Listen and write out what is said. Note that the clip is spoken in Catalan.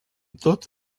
tot